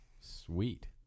Sweet